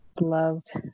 loved